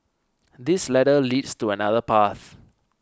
this ladder leads to another path